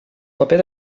paper